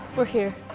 we're here.